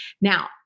Now